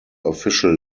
official